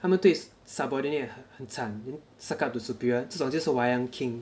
他们对 subordinate 很惨 suck up to superior 这种就是 wayang king